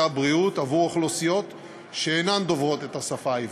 הבריאות עבור אוכלוסיות שאינן דוברות את השפה העברית.